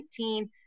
2019